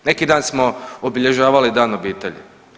Neki dan smo obilježavali Dan obitelji.